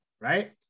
right